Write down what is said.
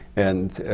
and